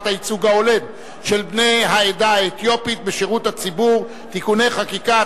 הייצוג ההולם של בני העדה האתיופית בשירות הציבורי (תיקוני חקיקה),